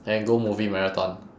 and go movie marathon